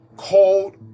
cold